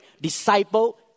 disciple